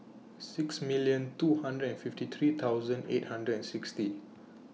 six million two hundred and fifty three thousand eight hundred and sixty